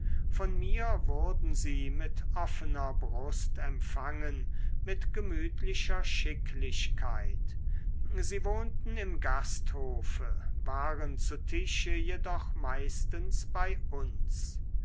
von mir wurden sie mit offener brust empfangen mit gemütlicher schicklichkeit sie wohnten im gasthofe waren zu tische jedoch meistens bei uns